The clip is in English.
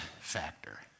factor